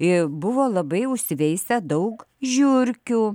buvo labai užsiveisę daug žiurkių